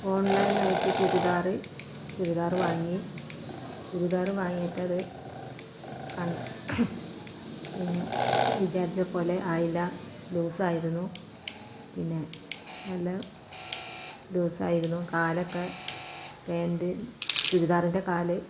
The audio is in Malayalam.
ഓൺലൈനായിട്ട് ചുരിദാര് ചുരിദാർ വാങ്ങി ചുരിദാര് വാങ്ങിയിട്ട് അത് പിന്നെ വിചാരിച്ച പോലെ ആയില്ല ലൂസായിരുന്നു പിന്നെ നല്ല ലൂസായിരുന്നു കാലൊക്കെ പാൻറ്റ് ചുരിദാറിൻറ്റെ കാല്